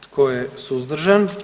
Tko je suzdržan?